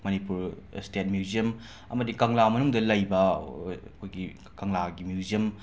Manipur state museum ꯑꯃꯗꯤ ꯀꯪꯂꯥ ꯃꯅꯨꯡꯗ ꯂꯩꯕ ꯑꯩꯈꯣꯏꯒꯤ ꯀꯪꯂꯥꯒꯤ ꯃ꯭ꯌꯨꯖ꯭ꯌꯝ